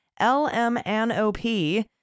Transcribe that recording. LMNOP